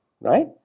right